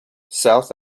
south